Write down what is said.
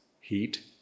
heat